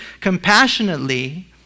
compassionately